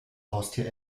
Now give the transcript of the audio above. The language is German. haustier